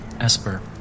Esper